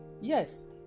Yes